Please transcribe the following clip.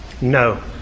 No